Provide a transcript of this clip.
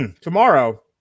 Tomorrow